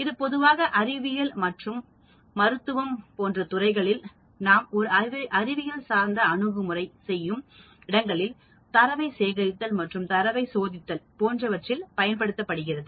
இது பொதுவாக அறிவியல் மருத்துவம் போன்ற துறைகளில் நாம் ஒரு அறிவியல்சார்ந்த அணுகுமுறை செய்யும் இடங்களில் தரவை சேகரித்தல் மற்றும் தரவை சோதித்தல் போன்றவற்றிற்கு பயன்படுத்த படுகிறது